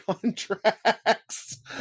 contracts